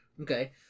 Okay